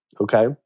Okay